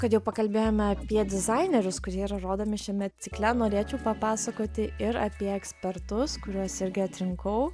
kad jau pakalbėjome apie dizainerius kurie yra rodomi šiame cikle norėčiau papasakoti ir apie ekspertus kuriuos irgi atrinkau